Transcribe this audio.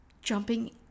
jumping